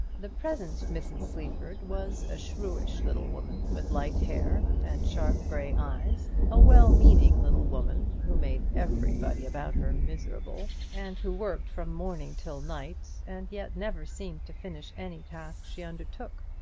the present mrs. sleaford was a shrewish little woman, with light hair, and sharp grey eyes a well-meaning little woman, who made everybody about her miserable, and who worked from morning till night, and yet never seemed to finish any task she undertook.